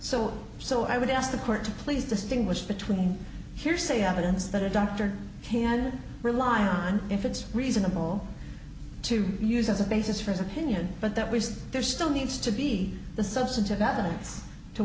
so so i would ask the court to please distinguish between here's a evidence that a doctor can rely on if it's reasonable to use as a basis for his opinion but that was there still needs to be the substantive evidence to